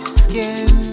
skin